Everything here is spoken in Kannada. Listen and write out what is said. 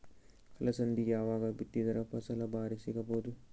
ಅಲಸಂದಿ ಯಾವಾಗ ಬಿತ್ತಿದರ ಫಸಲ ಭಾರಿ ಸಿಗಭೂದು?